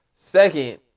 Second